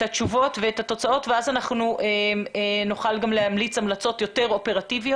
התשובות ואת התוצאות כדי שאז נוכל גם להמליץ המלצות יותר אופרטיביות.